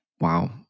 Wow